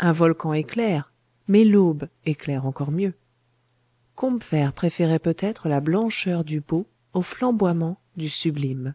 un volcan éclaire mais l'aube éclaire encore mieux combeferre préférait peut-être la blancheur du beau au flamboiement du sublime